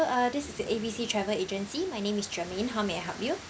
uh this is A B C travel agency my name is germaine how may I help you